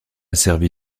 servi